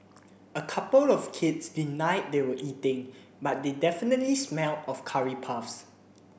a couple of kids denied they were eating but they definitely smelled of curry puffs